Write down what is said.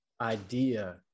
idea